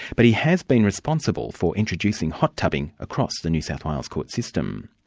but he has been responsible for introducing hot tubbing across the new south wales court system.